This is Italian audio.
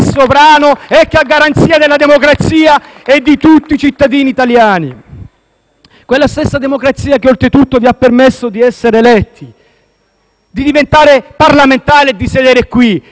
Quella stessa democrazia che oltretutto vi ha permesso di essere eletti, di diventare parlamentari e di sedere qui. State facendo un lavoro contro ciò in cui credete: il Parlamento.